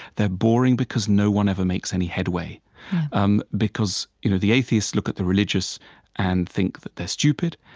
they're boring because no one ever makes any headway um because you know the atheists look at the religious and think that they're stupid,